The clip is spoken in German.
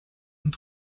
und